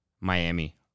Miami